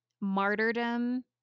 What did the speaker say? martyrdom